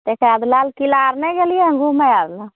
ताहि के बाद लालकिला आर नहि गेलियै हन घुमय आर लए